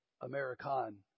American